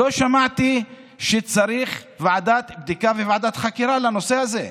לא שמעתי שצריך ועדת בדיקה וועדת חקירה לנושא הזה.